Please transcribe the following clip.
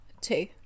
Two